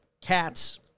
cats